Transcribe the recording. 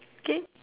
K